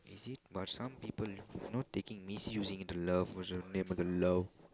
is it but some people not taking misusing into love name of the love